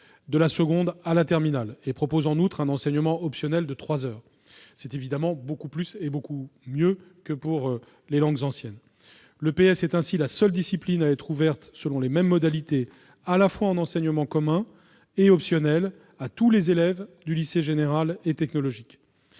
de la seconde à la terminale, et prévoit en outre un enseignement optionnel de trois heures. C'est évidemment beaucoup plus que ce qui est proposé pour les langues anciennes. L'EPS est ainsi la seule discipline à être ouverte, selon les mêmes modalités, à la fois en enseignement commun et optionnel, à tous les élèves des voies générale et technologique